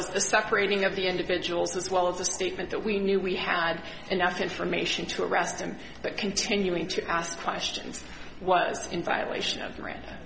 as the separating of the individuals as well as the statement that we knew we had enough information to arrest him but continuing to ask questions was in violation of